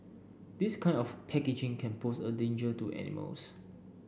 this kind of packaging can pose a danger to animals